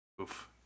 Oof